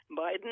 Biden